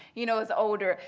you know, as older,